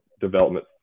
development